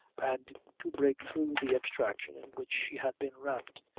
and to break through the abstraction in which she had been wrapped.